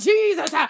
Jesus